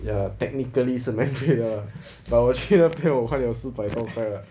ya technically 是免费的 lah but 我去那边我花了四百多快 lah